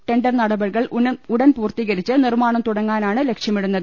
tender നടപടികൾ ഉടൻ പൂർത്തീകരിച്ച് നിർമാണം തുടങ്ങാനാണ് ലക്ഷ്യമിടുന്നത്